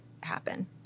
happen